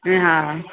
ऐं हा